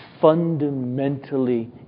fundamentally